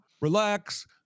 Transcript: relax